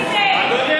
יש עוד,